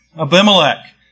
Abimelech